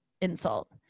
insult